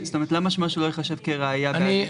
למה שמשהו לא ייחשב כראיה בהליך?